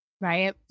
Right